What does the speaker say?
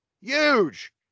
huge